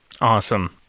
Awesome